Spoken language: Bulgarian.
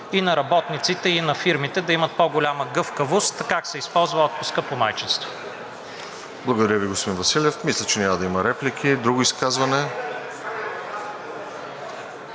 и на работниците, и на фирмите да имат по-голяма гъвкавост как се използва отпускът по майчинство. ПРЕДСЕДАТЕЛ РОСЕН ЖЕЛЯЗКОВ: Благодаря Ви, господин Василев. Мисля, че няма да има реплики. Друго изказване?